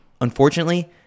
unfortunately